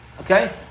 Okay